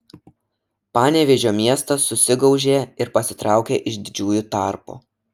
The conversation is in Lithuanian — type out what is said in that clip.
panevėžio miestas susigaužė ir pasitraukė iš didžiųjų tarpo